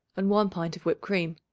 and one pint of whipped cream.